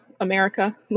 America